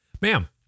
ma'am